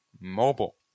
Mobile